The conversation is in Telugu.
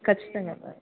ఖచ్చితంగా